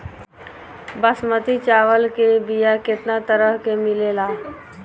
बासमती चावल के बीया केतना तरह के मिलेला?